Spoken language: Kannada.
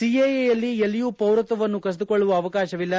ಸಿಎಎಯಲ್ಲಿ ಎಲ್ಲಿಯೂ ಪೌರತ್ವವನ್ನು ಕಸಿದುಕೊಳ್ಳುವ ಅವಕಾಶವಿಲ್ಲ